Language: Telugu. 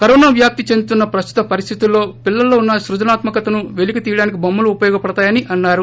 కరోనా వ్యాప్తి చెందుతోన్న ప్రస్తుత పరిస్థితుల్లో పిల్లల్లో ఉన్న స్పజనాత్క కతను వెలికి తీయడానికి బొమ్మలు ఉపయోగపడతాయని అన్నారు